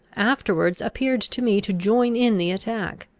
afterwards appeared to me to join in the attack,